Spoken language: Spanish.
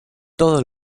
todos